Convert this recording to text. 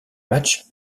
match